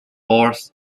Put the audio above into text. fourth